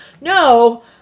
No